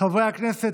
חברי הכנסת,